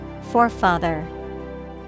Forefather